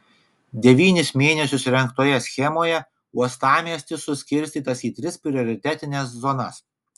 devynis mėnesius rengtoje schemoje uostamiestis suskirstytas į tris prioritetines zonas